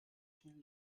schnell